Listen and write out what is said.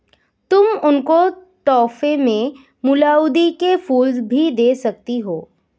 तुम उनको तोहफे में गुलाउदी के फूल भी दे सकती हो